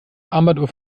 armbanduhr